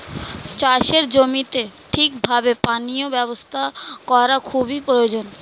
চাষের জমিতে ঠিক ভাবে পানীয় ব্যবস্থা করা খুবই প্রয়োজন